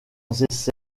essais